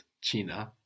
china